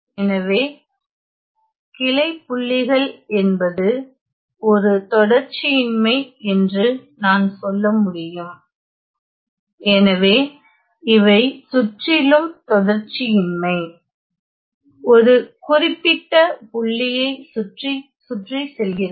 எனவே கிளை புள்ளிகள் என்பது ஒரு தொடர்ச்சியின்மை என்று நான் சொல்ல முடியும் எனவே இவை சுற்றிலும் தொடர்ச்சியின்மை ஒரு குறிப்பிட்ட புள்ளியைச் சுற்றி சுற்றி செல்கிறது